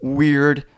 weird